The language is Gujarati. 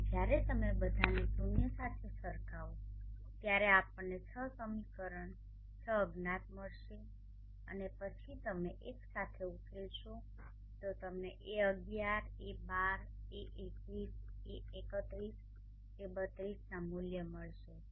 અને જ્યારે તમે બધાને શૂન્ય સાથે સરખાવો ત્યારે આપણને છ સમીકરણ 6 અજ્ઞાત મળશે અને પછી તમે એકસાથે ઉકેલશો તો તમને a11 a12 a21 a31 a32ના મૂલ્યો મળશે